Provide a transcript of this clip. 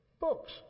books